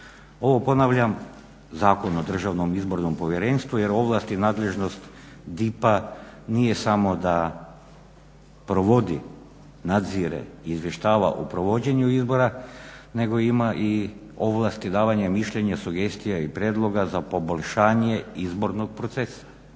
Ovo ponavljam, Zakon o Državnom izbornom povjerenstvu jer ovlast i nadležnost DIP-a nije samo da provodi, nadzire i izvještava o provođenju izbora nego ima i ovlasti davanja mišljenja i sugestija i prijedloga za poboljšanje izbornog procesa.